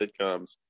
sitcoms